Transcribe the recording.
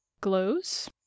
glows